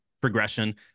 progression